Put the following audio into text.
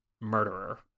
murderer